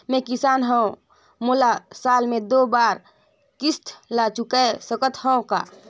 मैं किसान हव मोला साल मे दो बार किस्त ल चुकाय सकत हव का?